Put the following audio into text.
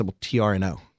T-R-N-O